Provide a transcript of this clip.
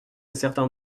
certains